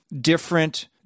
different